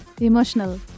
Emotional